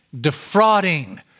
Defrauding